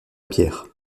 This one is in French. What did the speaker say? pierre